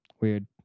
Weird